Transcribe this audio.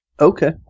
Okay